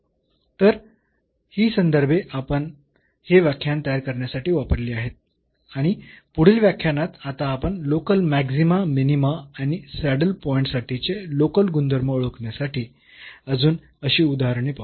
तर ही संदर्भे आपण हे व्याख्यान तयार करण्यासाठी वापरली आहेत आणि पुढील व्याख्यानात आता आपण लोकल मॅक्सीमा मिनीमा आणि सॅडल पॉईंट साठीचे लोकल गुणधर्म ओळखण्यासाठी अजून अशी उदाहरणे पाहू